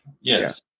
Yes